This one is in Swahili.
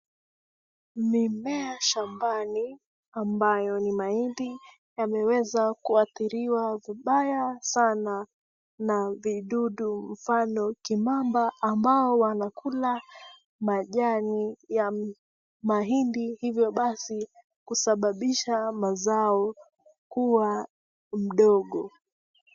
Mimea shambani ambayo ni mahindi yameweza kuathiriwa vibaya sana na vidudu mfano kimamba ambao wanakula majani ya mahindi hivyo basi kusababisha mazao kuwa mdogo.